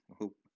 hope